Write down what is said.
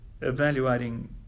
evaluating